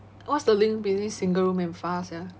what's the link between single room and far sia